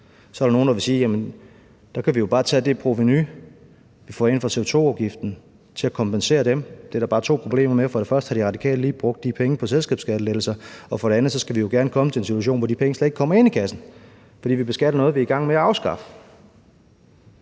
Så er der nogle, der vil sige: Jamen så kan vi jo bare tage det provenu, vi får ind fra CO2-afgiften, og bruge til at kompensere dem. Det er der bare to problemer med: For det første har De Radikale lige brugt de penge på selskabsskattelettelser, og for det andet skal vi jo gerne komme til en situation, hvor de penge slet ikke kommer ind i kassen, fordi vi beskatter noget, vi er i gang med at afskaffe.